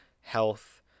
health